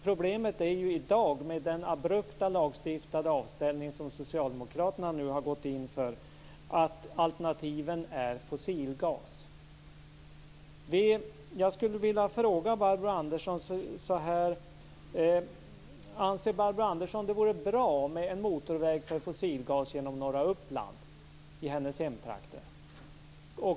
Problemet med den abrupta lagstiftade avställning som socialdemokraterna nu har gått in för är att alternativet är fossilgas. Anser Barbro Andersson att det vore bra med en motorväg för fossilgas genom norra Uppland, i hennes hemtrakter?